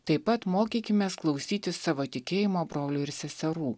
taip pat mokykimės klausyti savo tikėjimo brolių ir seserų